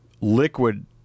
liquid